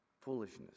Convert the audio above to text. Foolishness